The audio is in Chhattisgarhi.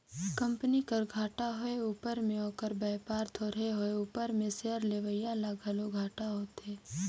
कंपनी कर घाटा होए उपर में ओकर बयपार थोरहें होए उपर में सेयर लेवईया ल घलो घाटा होथे